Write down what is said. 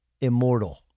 immortal